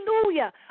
hallelujah